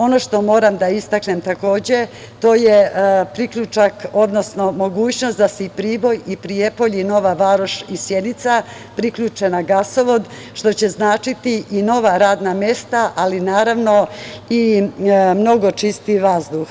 Ono što moram da istaknem takođe, to je priljučak, odnosno mogućnost da se Priboj i Prijepolje i Nova Varoš, i Sjenica, priključe na gasovod, što će značiti i nova radna mesta, ali naravno i mnogo čistiji vazduh.